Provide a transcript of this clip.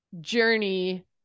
journey